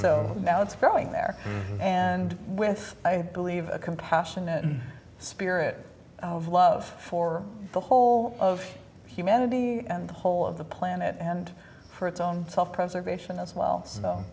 so now it's growing there and with i believe a compassionate spirit of love for the whole of humanity and the whole of the planet and for its own self preservation as well